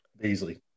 Beasley